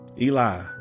Eli